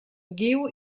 guiu